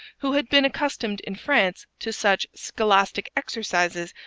who had been accustomed in france to such scholastic exercises,